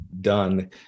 done